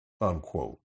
unquote